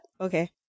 Okay